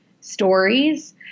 stories